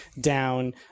down